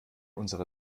unsere